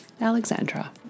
Alexandra